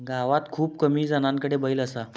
गावात खूप कमी जणांकडे बैल असा